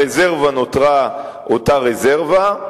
הרזרבה נותרה אותה רזרבה.